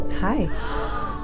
Hi